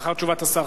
לאחר תשובת השר.